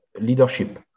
leadership